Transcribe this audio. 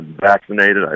vaccinated